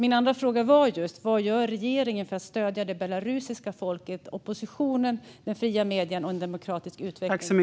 Min andra fråga är just vad regeringen gör för att stödja det belarusiska folket, oppositionen, de fria medierna och en demokratisk utveckling.